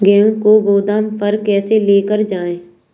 गेहूँ को गोदाम पर कैसे लेकर जाएँ?